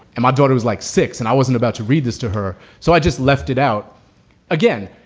and my daughter was like six and i wasn't about to read this to her. so i just left it out again.